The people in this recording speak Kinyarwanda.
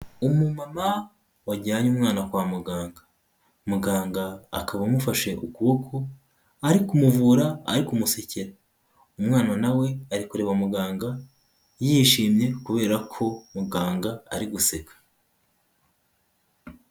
Umumama wajyanye umwana kwa muganga, muganga akaba amufashe ukuboko, ari kumuvura ari kumusekera, umwana nawe ari kureba muganga yishimye kubera ko muganga ari guseka.